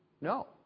No